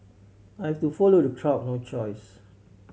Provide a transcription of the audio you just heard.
I have to follow the crowd no choice